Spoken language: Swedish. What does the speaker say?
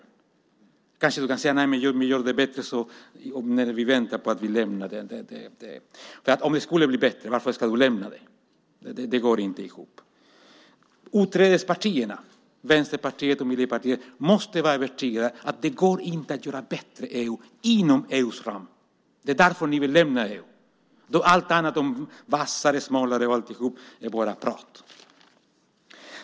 Du kanske säger att vi ska göra EU bättre medan vi väntar på att lämna det. Men om EU skulle bli bättre - varför vill du då lämna det? Det går inte ihop. Utträdespartierna, Vänsterpartiet och Miljöpartiet, måste vara övertygade om att det inte går att göra ett bättre EU inom EU:s ram. Det är därför ni vill lämna EU. Allt annat tal om vassare, smalare och annat är bara prat.